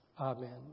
Amen